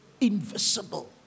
Invisible